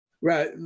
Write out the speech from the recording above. Right